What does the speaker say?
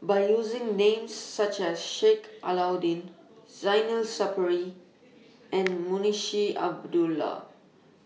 By using Names such as Sheik Alau'ddin Zainal Sapari and Munshi Abdullah